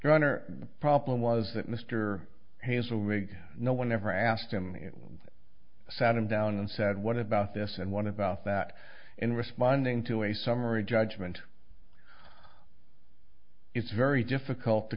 your honor the problem was that mr hazel rig no one ever asked him sat him down and said what about this and one about that in responding to a summary judgment it's very difficult to